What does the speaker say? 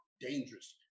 dangerous